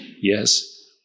yes